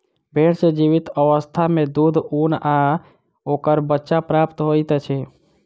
भेंड़ सॅ जीवित अवस्था मे दूध, ऊन आ ओकर बच्चा प्राप्त होइत अछि